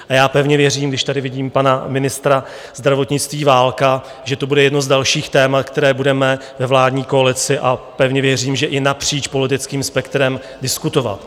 A já pevně věřím, když tady vidím pana ministra zdravotnictví Válka, že to bude jedno z dalších témat, která budeme ve vládní koalici, a pevně věřím, že i napříč politickým spektrem, diskutovat.